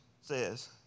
says